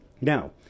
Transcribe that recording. Now